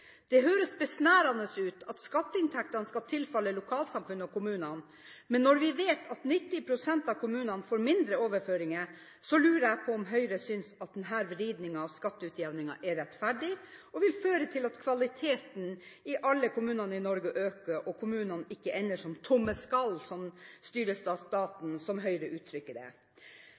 Det høres besnærende ut at skatteinntektene skal tilfalle lokalsamfunnene og kommunene. Men når vi vet at 90 pst. av kommunene får mindre overføringer, lurer jeg på om Høyre synes at denne vridningen av skatteutjevningen er rettferdig – at den vil føre til at kvaliteten i alle kommunene i Norge øker, og at kommunene ikke ender som tomme skall som styres av staten, som Høyre uttrykker det.